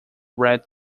red